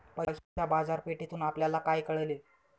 पैशाच्या बाजारपेठेतून आपल्याला काय कळले?